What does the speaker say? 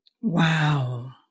Wow